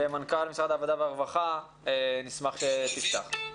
מנכ"ל משרד העבודה והרווחה, נשמח שתפתח.